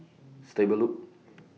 Stable Loop